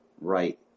right